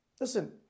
Listen